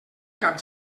cap